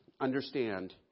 Understand